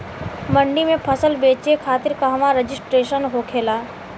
मंडी में फसल बेचे खातिर कहवा रजिस्ट्रेशन होखेला?